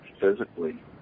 physically